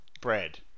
bread